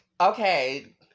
Okay